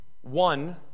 one